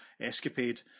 escapade